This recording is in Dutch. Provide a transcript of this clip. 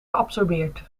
geabsorbeerd